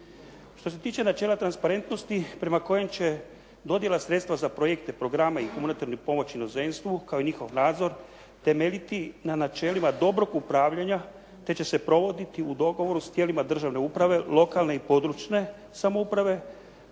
Što se tiče načela transparentnosti prema kojem će dodjela sredstva za projekte programa i humanitarnu pomoć inozemstvu kao i njihov nadzor temeljiti na načelima dobrog upravljanja te će se provoditi u dogovoru s tijelima državne uprave, lokalne i područne samouprave